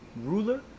ruler